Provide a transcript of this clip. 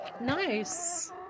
Nice